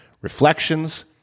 reflections